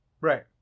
Right